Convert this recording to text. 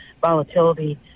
volatility